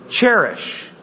cherish